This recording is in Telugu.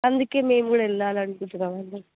అందుకే మేము కూడా వెళ్ళాలి అనుకుంటున్నాం అండి